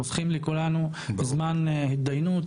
חוסכים לכולנו זמן התדיינות,